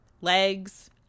legs